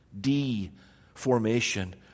deformation